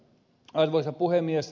arvoisa puhemies